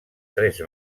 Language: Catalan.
tres